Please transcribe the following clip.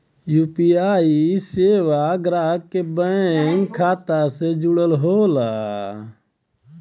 UPI सेवा ग्राहक के बैंक खाता से जुड़ल होला